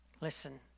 Listen